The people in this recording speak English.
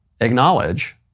acknowledge